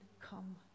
come